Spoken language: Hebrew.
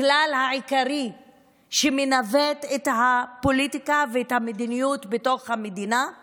הכלל העיקרי שמנווט את הפוליטיקה ואת המדיניות בתוך המדינה הוא